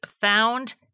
found